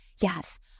yes